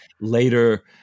Later